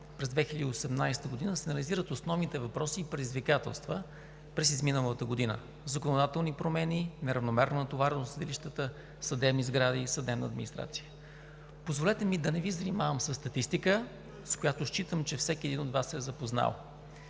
през 2018 г. се анализират основните въпроси и предизвикателства през изминалата година – законодателни промени, неравномерна натовареност на съдилищата, съдебни сгради, съдебна администрация. Позволете ми да не Ви занимавам със статистика, с която считам, че всеки един от Вас се е запознал.